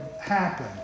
happen